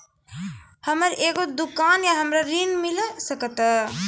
हमर एगो दुकान या हमरा ऋण मिल सकत?